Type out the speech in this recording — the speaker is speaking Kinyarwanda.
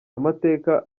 amateka